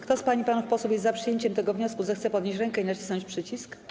Kto z pań i panów posłów jest za przyjęciem tego wniosku, zechce podnieść ręką i nacisnąć przycisk.